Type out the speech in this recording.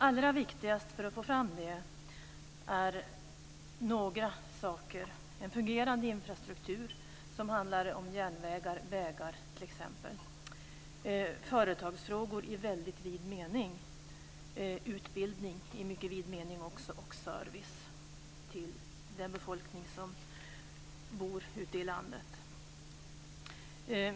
Allra viktigast för att få fram detta är några saker, t.ex. en fungerande infrastruktur med järnvägar och vägar, företagsfrågor och utbildning i mycket vid mening och service till den befolkning som bor ute i landet.